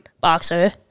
boxer